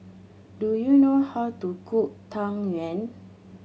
do you know how to cook Tang Yuen